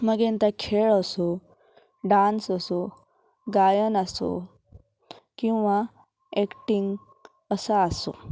मागीर ता खेळ असूं डांस असूं गायन असो किंवां एक्टींग असा आसो